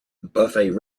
buffet